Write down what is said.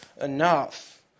enough